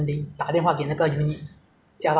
好才所以这个 condo 比较麻烦 ah